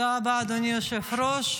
תודה רבה, אדוני היושב-ראש.